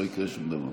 לא יקרה שום דבר.